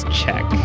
check